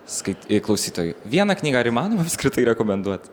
skaity klausytojui vieną knygą ar įmanoma apskritai rekomenduot